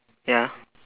ya